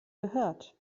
gehört